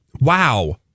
Wow